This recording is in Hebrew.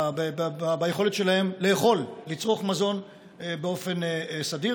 ביכולת שלהם לאכול, לצרוך מזון באופן סדיר.